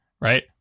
right